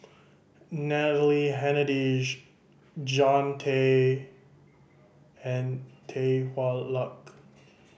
Natalie Hennedige Jean Tay and Tan Hwa Luck